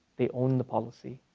they own the policy,